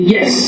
Yes